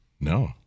No